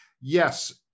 yes